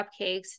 cupcakes